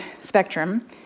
spectrum